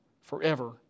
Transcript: forever